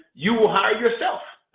you will hire yourself.